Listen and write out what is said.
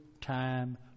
time